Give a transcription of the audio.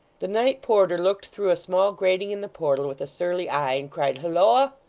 the night-porter looked through a small grating in the portal with a surly eye, and cried halloa!